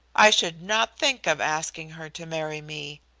i should not think of asking her to marry me.